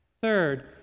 Third